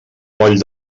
moll